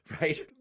right